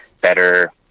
better